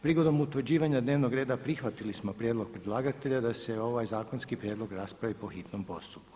Prigodom utvrđivanja dnevnog reda prihvatili smo prijedlog predlagatelja da se ovaj zakonski prijedlog raspravi po hitnom postupku.